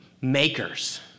makers